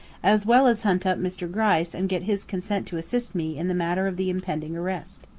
as well as hunt up mr. gryce and get his consent to assist me in the matter of the impending arrest.